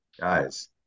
guys